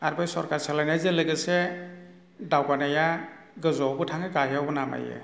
आरो बे सोरखार सोलायनायजों लोगोसे दावगानाया गोजौआवबो थाङो गाहायावबो नामायो